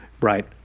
right